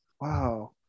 Wow